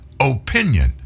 opinion